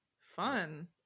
fun